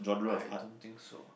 I don't think so